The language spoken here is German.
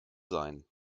sein